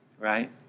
right